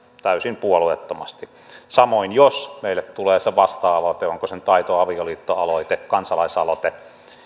täysin puolueettomasti samoin jos meille tulee se vasta aloite onko se nyt aito avioliitto aloite kansalaisaloite